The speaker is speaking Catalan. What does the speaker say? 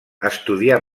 estudià